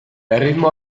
erritmo